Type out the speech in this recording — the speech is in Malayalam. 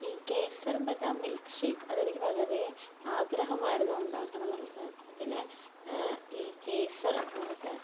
ഈ കേസർ ബദാം മിൽക്ക് ഷേക്ക് അത് എനിക്ക് വളരെ ആഗ്രഹമായിരുന്നു ഉണ്ടാക്കണം എന്നുള്ളത് അതില് ഈ കേസർ അതായത്